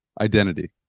identity